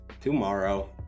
tomorrow